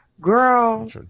Girl